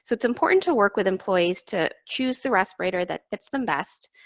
so it's important to work with employees to choose the respirator that fits them best,